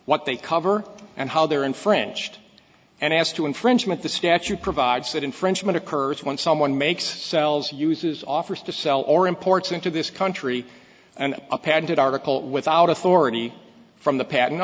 what they cover and how they're infringed and as to infringement the statute provides that infringement occurs when someone makes cells uses offers to sell or imports into this country and a patented article without authority from the pa